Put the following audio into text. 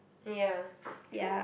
ya true